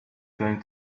going